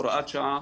הוראת שעה,